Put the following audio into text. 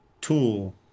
tool